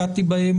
ודיינים".